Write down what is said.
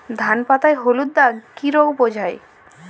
ধান পাতায় হলুদ দাগ কি রোগ বোঝায়?